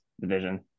division